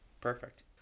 Perfect